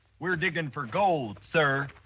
we're digging for gold, sir.